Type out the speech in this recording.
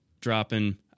dropping